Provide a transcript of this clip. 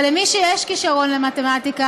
אבל מי שיש לו כישרון למתמטיקה,